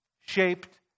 shaped